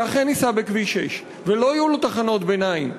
שאכן ייסע בכביש 6 ולא יהיו לו תחנות ביניים,